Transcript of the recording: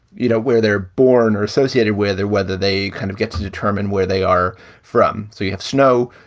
you know, where they're born or associated, where they're whether they kind of get to determine where they are from. so you have snow,